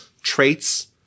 traits